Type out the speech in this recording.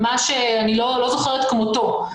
ממש אני לא זוכרת כמותו.